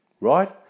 right